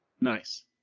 nice